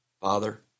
Father